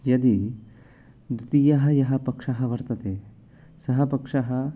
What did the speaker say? यदि द्वितीयः यः पक्षः वर्तते सः पक्षः